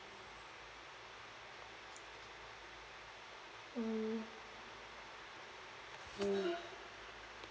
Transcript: mm mm